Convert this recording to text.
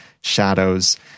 shadows